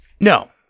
No